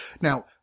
Now